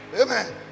Amen